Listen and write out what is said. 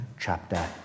chapter